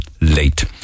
late